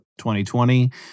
2020